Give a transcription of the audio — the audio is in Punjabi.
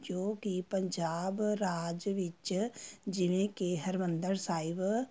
ਜੋ ਕਿ ਪੰਜਾਬ ਰਾਜ ਵਿੱਚ ਜਿਵੇਂ ਕਿ ਹਰਿਮੰਦਰ ਸਾਹਿਬ